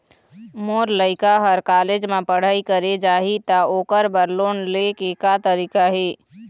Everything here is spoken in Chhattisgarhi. मोर लइका हर कॉलेज म पढ़ई करे जाही, त ओकर बर लोन ले के का तरीका हे?